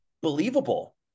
believable